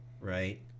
right